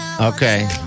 Okay